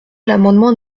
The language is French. l’amendement